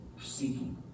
seeking